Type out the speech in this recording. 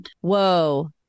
Whoa